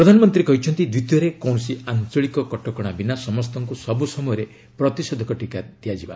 ପ୍ରଧାନମନ୍ତ୍ରୀ କହିଛନ୍ତି ଦ୍ୱିତୀୟରେ କୌଣସି ଆଞ୍ଚଳିକ କଟକଣା ବିନା ସମସ୍ତଙ୍କୁ ସବୁ ସମୟରେ ପ୍ରତିଷେଧକ ଟିକା ଦିଆଯିବା